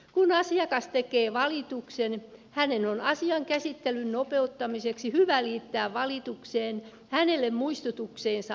kun asiakas tekee valituksen hänen on asian käsittelyn nopeuttamiseksi hyvä liittää valitukseen muistutukseen annettu vastaus